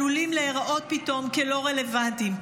עלולים להיראות פתאום כלא רלוונטיים,